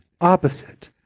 opposite